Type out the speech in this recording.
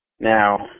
Now